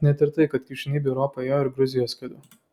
net ir tai kad krikščionybė į europą ėjo ir gruzijos keliu